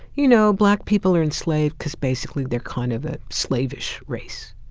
you know, black people are enslaved because basically they're kind of a slavish race.